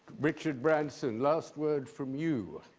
richard branson, last word from you.